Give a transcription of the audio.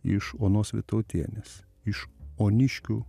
iš onos vytautienės iš oniškių